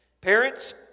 Parents